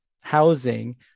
housing